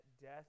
death